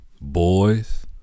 boys